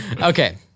Okay